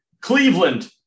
Cleveland